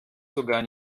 sogar